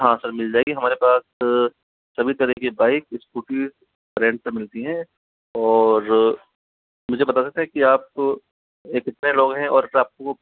हाँ सर मिल जाएगी हमारे पास सभी तरह की बाइक इस्कूटी रेंट पे मिलती हैं और मुझे बता सकते हैं कि आपको कितने लोग है और आपको